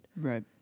Right